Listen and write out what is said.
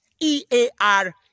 E-A-R